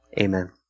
amen